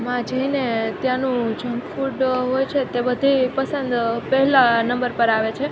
માં જઈને ત્યાંનું જંક ફૂડ તે બધે પસંદ પહેલા નંબર પર આવે છે